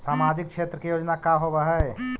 सामाजिक क्षेत्र के योजना का होव हइ?